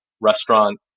restaurant